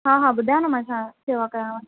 हा हा ॿुधायो न छा सेवा कयांव